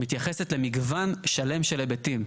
מתייחס למגוון שלם של היבטים.